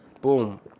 Boom